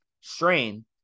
strain